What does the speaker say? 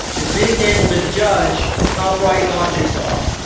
is being able to judge how bright objects are.